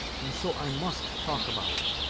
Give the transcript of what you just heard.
and so i must talk about it.